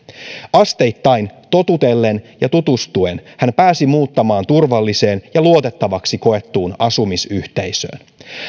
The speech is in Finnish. asteittain totutellen ja tutustuen hän pääsi muuttamaan turvalliseen ja luotettavaksi koettuun asumisyhteisöön